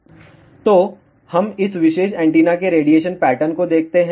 तो हम इस विशेष एंटीना के रेडिएशन पैटर्न को देखते हैं